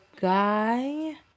guy